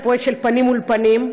את הפרויקט פנים מול פנים,